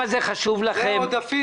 זה מעודפים.